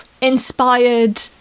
inspired